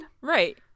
Right